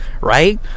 right